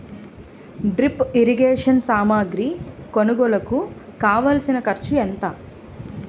drip irrigation సామాగ్రి కొనుగోలుకు కావాల్సిన ఖర్చు ఎంత